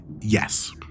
Yes